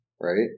right